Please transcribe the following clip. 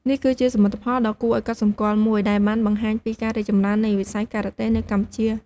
នេះគឺជាសមិទ្ធផលដ៏គួរឲ្យកត់សម្គាល់មួយ ដែលបានបង្ហាញពីការរីកចម្រើននៃវិស័យការ៉ាតេនៅកម្ពុជា។